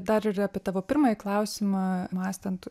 dar ir apie tavo pirmąjį klausimą mąstant